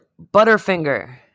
Butterfinger